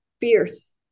fierce